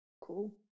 Cool